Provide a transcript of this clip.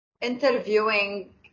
interviewing